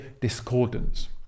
discordance